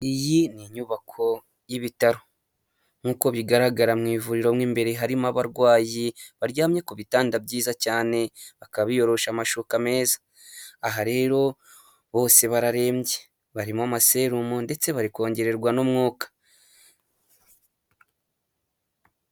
Iyi ni inyubako y'ibitaro nk'uko bigaragara mu ivuriro mu imbere harimo abarwayi baryamye ku bitanda byiza cyane, bakaba biyorosha amashuka meza, aha rero bose bararembye barimo amaserumu ndetse bari kongererwa n'umwuka.